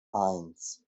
eins